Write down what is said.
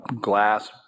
glass